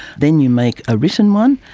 then you make a written one,